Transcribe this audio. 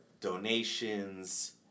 donations